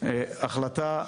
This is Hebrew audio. לדעתי.